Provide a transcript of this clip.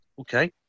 Okay